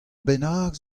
bennak